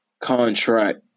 contract